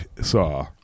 saw